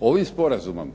Ovim sporazumom